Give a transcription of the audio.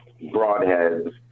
broadheads